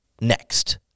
next